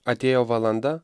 atėjo valanda